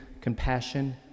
compassion